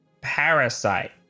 parasite